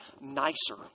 nicer